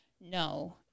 no